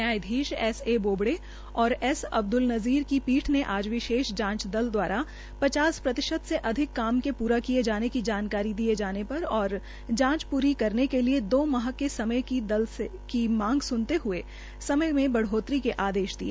नयायाधीश S A Bobde और S Abdul Nazeer की पीठ ने आज विशेष जांच दल दवारा पचास प्रतिशत से अधिक काम के पूरा किए जाने की जानकारी दिए जानेपर और जांच पूरी करने के लिये दो माह के समय की दल की मांग को सुनाते ह्ये समय में बढ़ोतरी के आदेश दिए